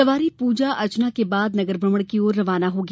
सवारी पूजन अर्चना के बाद नगर भ्रमण की ओर रवाना होगी